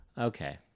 Okay